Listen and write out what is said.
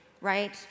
right